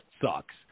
sucks